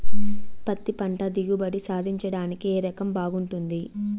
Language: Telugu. పత్తి పంట దిగుబడి సాధించడానికి ఏ రకం బాగుంటుంది?